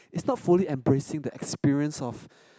is not fully embracing the experience of